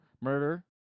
Murder